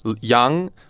Young